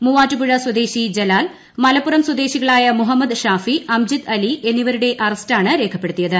മൂവാറ്റുപുഴ സ്വദ്ദേശി ജലാൽ മലപ്പുറം സ്വദേശികളായ മുഹമ്മദ് ്ഷാഫി അർജിത് അലി എന്നുവരുടെ അറസ്റ്റാണ് രേഖപ്പെടുത്തിയത്